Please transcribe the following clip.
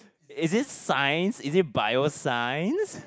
is it Science is it Bioscience